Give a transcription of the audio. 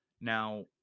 Now